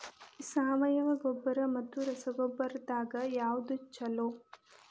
ಸಾವಯವ ಗೊಬ್ಬರ ಮತ್ತ ರಸಗೊಬ್ಬರದಾಗ ಯಾವದು ಛಲೋ?